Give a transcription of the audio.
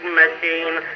machine